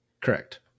Correct